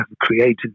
created